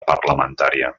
parlamentària